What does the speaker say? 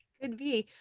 could be.